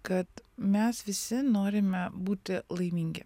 kad mes visi norime būti laimingi